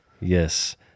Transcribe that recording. Yes